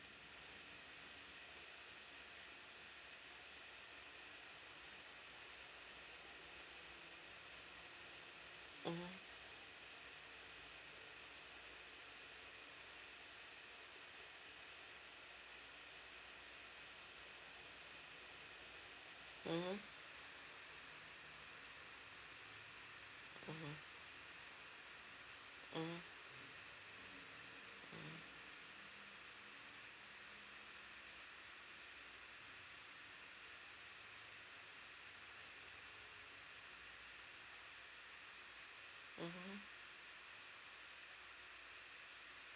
mmhmm mmhmm mmhmm mmhmm mmhmm mmhmm